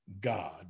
God